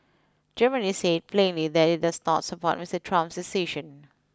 Germany said plainly that it does not support Mister Trump's decision